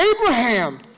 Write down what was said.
Abraham